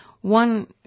One